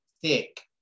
thick